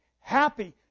happy